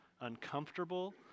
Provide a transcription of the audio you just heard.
uncomfortable